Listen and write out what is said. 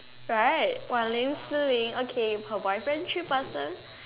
right Wan-Ling Si-Ling okay her boyfriend three person